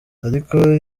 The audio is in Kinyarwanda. ariko